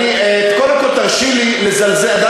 קודם כול, תרשי לי לזלזל.